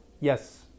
Yes